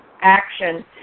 action